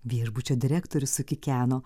viešbučio direktorius sukikeno